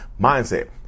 mindset